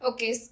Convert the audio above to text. Okay